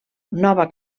nova